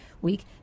week